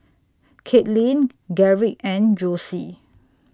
Kaitlin Garrick and Josie